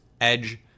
Edge